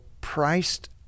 priced